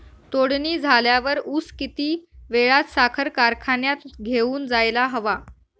तोडणी झाल्यावर ऊस किती वेळात साखर कारखान्यात घेऊन जायला हवा?